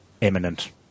imminent